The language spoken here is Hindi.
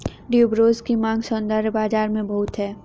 ट्यूबरोज की मांग सौंदर्य बाज़ार में बहुत है